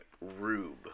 Rube